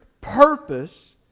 purpose